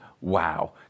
wow